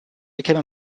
became